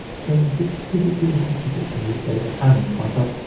so that it's physically impossible for me to go to hammond's myself,